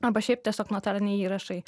arba šiaip tiesiog notariniai įrašai